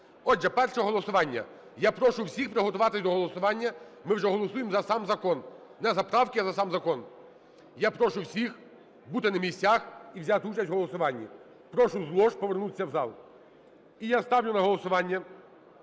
Отже, перше голосування. Я прошу всіх приготуватись до голосування, ми вже голосуємо за сам закон, не за правки, а за сам закон. Я прошу всіх бути на місцях і взяти участь у голосуванні. Прошу з лож повернутися в зал. І я ставлю на голосування